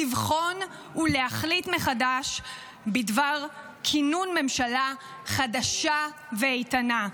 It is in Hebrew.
לבחון ולהחליט מחדש בדבר כינון ממשלה חדשה ואיתנה.